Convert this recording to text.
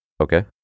okay